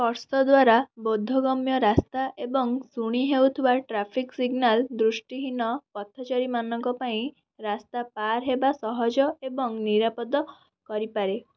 Spurs ଦ୍ୱାରା ବୋଧଗମ୍ୟ ରାସ୍ତା ଏବଂ ଶୁଣି ହେଉଥିବା ଟ୍ରାଫିକ୍ ସିଗ୍ନାଲ୍ ଦୃଷ୍ଟିହୀନ ପଥଚାରୀମାନଙ୍କ ପାଇଁ ରାସ୍ତା ପାର ହେବା ସହଜ ଏବଂ ନିରାପଦ କରିପାରେ